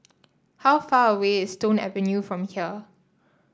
how far away is Stone Avenue from here